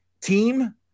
team